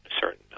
certain